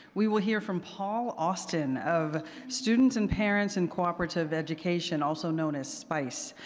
we will hear from paul austin of students and parents in cooperative education, also known as spice.